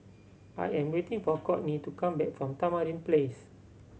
I am waiting for Kourtney to come back from Tamarind Place